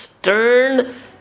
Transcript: stern